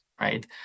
right